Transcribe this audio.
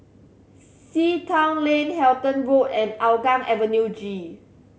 Sea Town Lane Halton Road and Hougang Avenue G